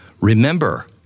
Remember